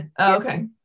Okay